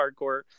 hardcore